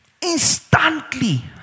Instantly